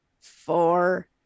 Four